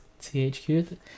THQ